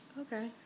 Okay